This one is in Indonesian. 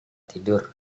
tidur